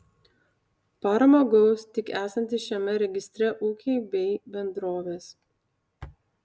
paramą gaus tik esantys šiame registre ūkiai bei bendrovės